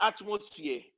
atmosphere